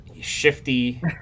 shifty